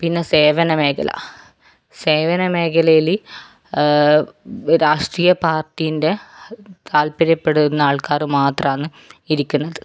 പിന്നെ സേവനമേഖല സേവനമേഖലയില് രാഷ്ട്രീയപാർട്ടിൻ്റെ താല്പര്യപ്പെടുന്ന ആൾക്കാർ മാത്രമാണ് ഇരിക്കുന്നത്